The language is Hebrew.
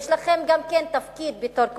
יש לכם תפקיד גם בתור כובש.